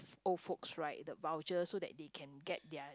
old folks right the voucher so that they can get their